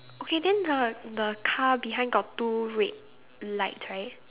okay then the the car behind got two red lights right